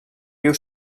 viu